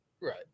Right